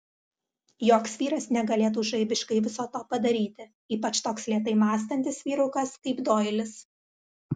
joks vyras negalėtų žaibiškai viso to padaryti ypač toks lėtai mąstantis vyrukas kaip doilis